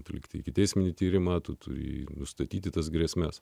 atlikti ikiteisminį tyrimą tu turi nustatyti tas grėsmes